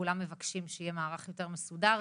כולם מבקשים שיהיה מערך יותר מסודר,